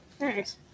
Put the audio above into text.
Nice